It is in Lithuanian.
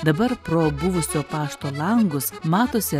dabar pro buvusio pašto langus matosi